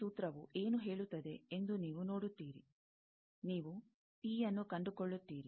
ಈ ಸೂತ್ರವು ಏನು ಹೇಳುತ್ತದೆ ಎಂದು ನೀವು ನೋಡುತ್ತೀರಿ ನೀವು ಪಿ ನ್ನು ಕಂಡುಕೊಳ್ಳುತ್ತೀರಿ